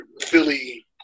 Philly